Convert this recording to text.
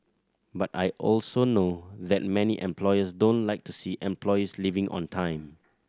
but I also know that many employers don't like to see employees leaving on time